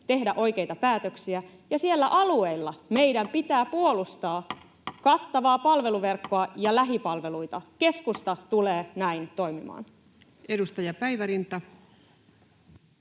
tehdä oikeita päätöksiä. Ja siellä alueilla meidän pitää puolustaa kattavaa palveluverkkoa ja lähipalveluita. Keskusta tulee näin toimimaan. Edustaja Päivärinta.